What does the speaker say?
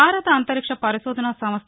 భారత అంతరిక్ష పరిశోధన సంస్థ